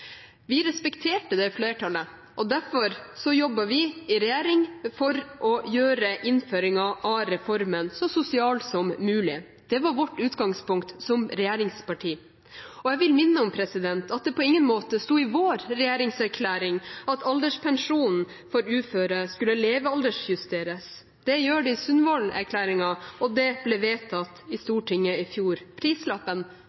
Vi respekterte det flertallet, og derfor jobbet vi i regjering for å gjøre innføringen av reformen så sosial som mulig. Det var vårt utgangspunkt som regjeringsparti. Jeg vil minne om at det på ingen måte sto i vår regjeringserklæring at alderspensjonen for uføre skulle levealderjusteres. Det gjør det i Sundvolden-erklæringen, og det ble vedtatt i Stortinget i fjor. Prislappen: